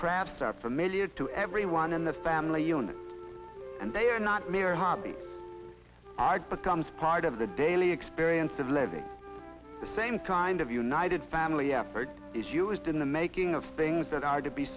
crafts are familiar to everyone in the family unit and they are not mere hobby art becomes part of the daily experience of living the same kind of united family effort is used in the making of things that are to be